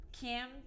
Kim